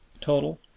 Total